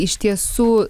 iš tiesų